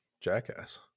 jackass